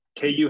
KU